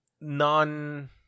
non